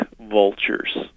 vultures